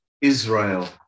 Israel